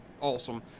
awesome